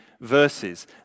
verses